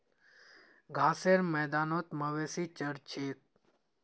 घासेर मैदानत मवेशी चर छेक